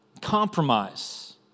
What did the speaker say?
compromise